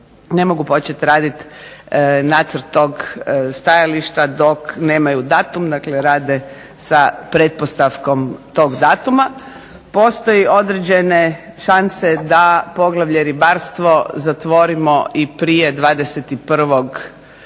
ne mogu početi raditi nacrt tog stajališta dok nemaju datum, dakle rade sa pretpostavkom tog datuma. Postoje određene šanse da poglavlje ribarstvo zatvorimo i prije 21. lipnja,